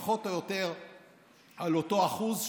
פחות או יותר על אותו אחוז,